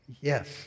yes